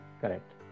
Correct